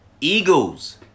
Eagles